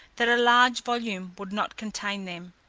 that a large volume would not contain them.